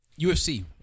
UFC